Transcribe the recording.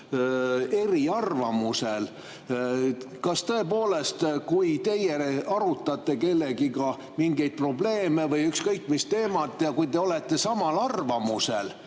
eriarvamusel. Kas tõepoolest, kui teie arutate kellegagi mingeid probleeme või ükskõik mis teemat ja olete samal arvamusel,